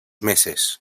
meses